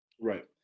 Right